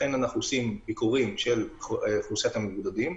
לכן אנחנו עושים ביקורים של אוכלוסיית המבודדים,